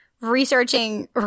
researching